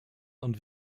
und